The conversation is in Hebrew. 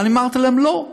ואני אמרתי להם: לא.